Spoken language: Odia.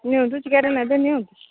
ନିଅନ୍ତୁ ଚିକାରେ ନେବେ ନିଅନ୍ତୁ